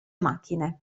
macchine